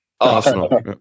Arsenal